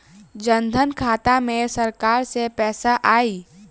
जनधन खाता मे सरकार से पैसा आई?